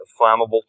flammable